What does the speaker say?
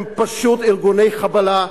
הם פשוט ארגוני חבלה,